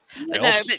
No